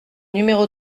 numéro